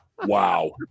Wow